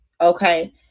okay